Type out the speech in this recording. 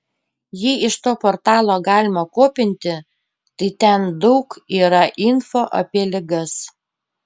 jei iš to portalo galima kopinti tai ten daug yra info apie ligas